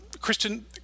Christian